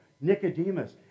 Nicodemus